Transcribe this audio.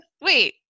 Wait